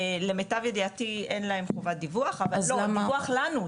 למיטב ידיעתי אין להם חובת דיווח, אבל דיווח לנו.